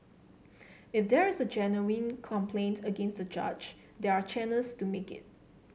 if there is a genuine complaint against the judge there are channels to make it